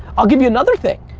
i'll give you another thing,